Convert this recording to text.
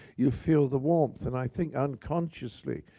you feel the warmth. and i think unconsciously,